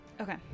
Okay